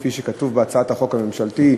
כפי שכתוב בהצעת החוק הממשלתית.